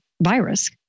virus